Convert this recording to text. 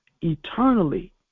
eternally